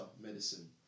medicine